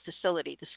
facility